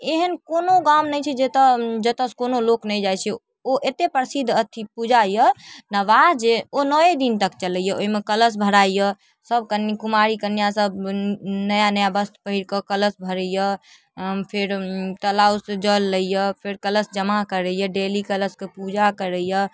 एहन कोनो गाम नहि छै जतऽसँ कोनो लोक नहि जाइ छै ओ एतेक प्रसिद्ध अथी पूजा अइ नवाह जे ओ नौए दिन तक चलैए ओहिमे कलश भराइए सब कनि कुमारि कन्यासभ नया नया वस्त्र परिरिकऽ कलश भरैए आओर फेर तलाबसँ जल लैए फेर कलश जमा करैए डेली कलशके पूजा करै